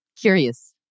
curious